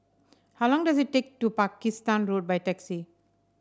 how long does it take to Pakistan Road by taxi